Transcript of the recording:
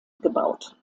gebaut